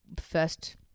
first